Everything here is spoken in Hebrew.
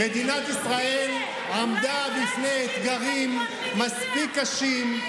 מדינת ישראל עמדה בפני אתגרים מספיק קשים,